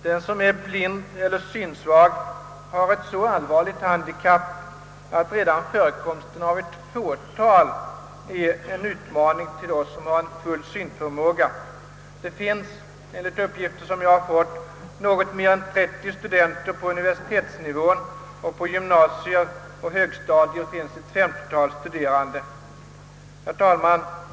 Den som är blind eller synsvag har ett så allvarligt handikapp, att redan förekomsten av ett fåtal sådana personer är en utmaning till oss som har full synförmåga. Det finns enligt uppgift något mer än 30 sådana studenter på universitetsnivå och ett 50-tal i gymnasier och högstadieskolor. Herr talman!